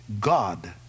God